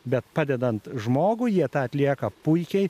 bet padedant žmogui jie tą atlieka puikiai